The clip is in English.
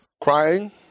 crying